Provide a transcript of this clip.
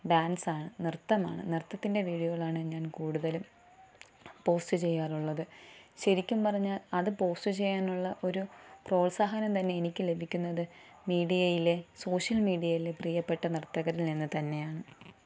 ഡാൻസാണ് നൃത്തമാണ് നൃത്തത്തിൻ്റെ വീഡിയോകളാണ് ഞാൻ കൂടുതലും പോസ്റ്റ് ചെയ്യാറുള്ളത് ശരിക്കും പറഞ്ഞാൽ അത് പോസ്റ്റ് ചെയ്യാനുള്ളത് ഒരു പ്രോത്സാഹനം തന്നെ എനിക്ക് ലഭിക്കുന്നത് മീഡിയയിലെ സോഷ്യൽ മീഡിയയിലെ പ്രിയപ്പെട്ട നർത്തകരിൽ നിന്ന് തന്നെയാണ്